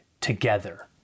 together